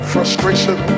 Frustration